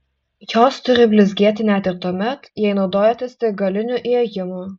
jos turi blizgėti net ir tuomet jei naudojatės tik galiniu įėjimu